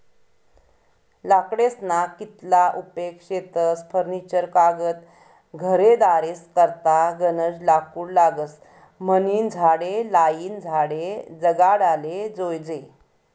लाकडेस्ना कितला उपेग शेतस फर्निचर कागद घरेदारेस करता गनज लाकूड लागस म्हनीन झाडे लायीन झाडे जगाडाले जोयजे